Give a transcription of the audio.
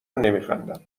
نمیخندم